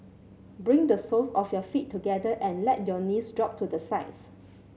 bring the soles of your feet together and let your knees drop to the sides